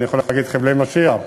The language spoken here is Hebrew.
אני יכול להגיד "חבלי משיח"?